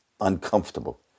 uncomfortable